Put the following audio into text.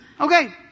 okay